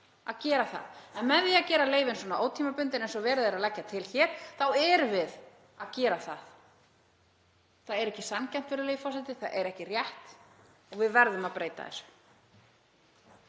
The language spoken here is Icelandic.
að gera það. En með því að gera leyfin ótímabundin, eins og verið er að leggja til hér, þá erum við að gera það. Það er ekki sanngjarnt, virðulegi forseti. Það er ekki rétt og við verðum að breyta þessu.